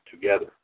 together